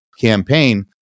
campaign